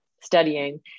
studying